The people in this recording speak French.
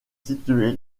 situé